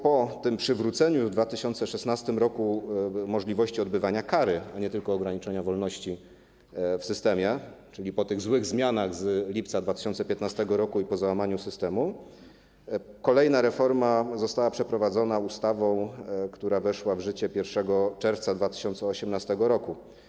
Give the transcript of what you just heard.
Po tym przywróceniu w 2016 r. możliwości odbywania kary, a nie tylko ograniczenia wolności, w systemie - czyli już po tych złych zmianach z lipca 2015 r. i po załamaniu systemu - kolejna reforma została przeprowadzona ustawą, która weszła w życie 1 czerwca 2018 r.